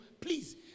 please